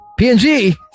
png